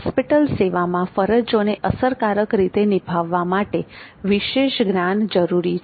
hospital સેવામાં ફરજોને અસરકારક રીતે નિભાવવા માટે વિશેષ જ્ઞાન જરૂરી છે